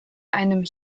einem